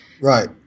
Right